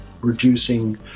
reducing